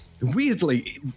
weirdly